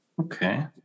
Okay